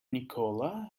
nikola